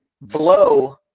Blow